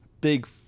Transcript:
big